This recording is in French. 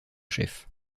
chef